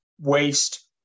waste